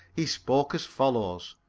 he spoke as follows